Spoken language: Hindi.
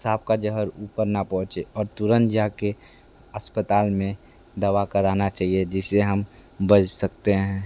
सांप का ज़हर ऊपर ना पहुंचे और तुरंत जा कर अस्पताल में दवा कराना चाहिए जिस से हम बच सकते हैं